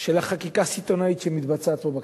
של החקיקה הסיטונית שמתבצעת פה בכנסת.